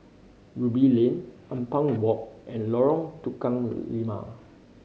Ruby Lane Ampang Walk and Lorong Tukang Lima